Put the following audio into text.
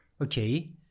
okay